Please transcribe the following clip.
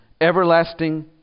Everlasting